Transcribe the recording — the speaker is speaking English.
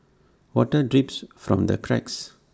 water drips from the cracks